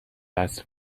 وصل